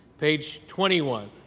page twenty one,